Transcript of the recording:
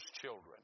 children